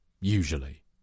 usually